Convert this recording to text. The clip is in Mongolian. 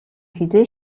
хэзээ